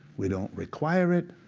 we don't require it,